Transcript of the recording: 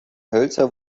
hölzer